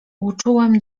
uczułem